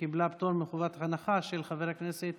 שקיבלה פטור מחובת הנחה, של חבר הכנסת